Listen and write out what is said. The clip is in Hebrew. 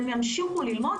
הם ימשיכו ללמוד,